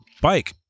bike